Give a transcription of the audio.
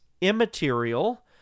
immaterial